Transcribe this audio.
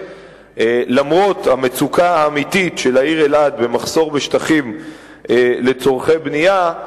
למרות המצוקה האמיתית של העיר אלעד במחסור בשטחים לצורכי בנייה,